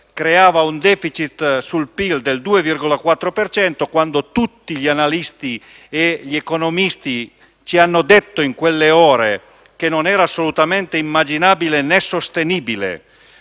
creava un *deficit* sul PIL del 2,4 per cento, quando tutti gli analisti ed economisti ci hanno detto, nelle stesse ore, che non era assolutamente immaginabile né sostenibile